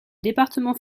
département